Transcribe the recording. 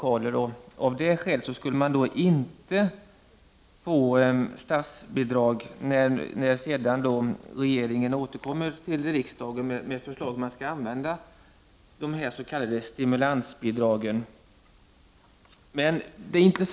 Av det skälet skulle man inte få statsbidrag när regeringen återkommer till riksdagen med förslag om hur de lokala s.k. stimulansbidragen skall användas.